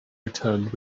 returned